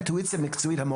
המקצועית,